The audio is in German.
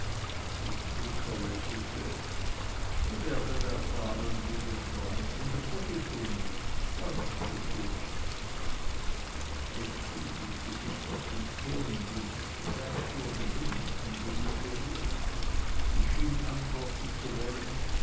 die zwicker lächelte sie werden erfahren liebe freundin daß er gesund ist ganz gesund effi fühlte sich durch den ton in dem dies gesagt wurde wenig angenehm berührt und schien antworten zu wollen